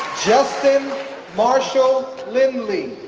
justin marshall lindley,